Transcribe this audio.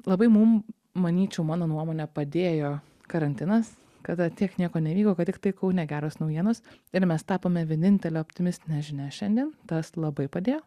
labai mum manyčiau mano nuomone padėjo karantinas kada tiek nieko nevyko kad tiktai kaune geros naujienos ir mes tapome vienintele optimistine žinia šiandien tas labai padėjo